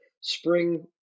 spring